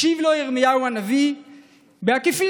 השיב לו ירמיהו הנביא בעקיפין,